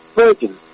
virgin